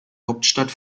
hauptstadt